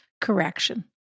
correction